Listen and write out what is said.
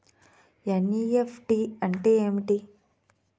NEFT అంటే ఏమిటి?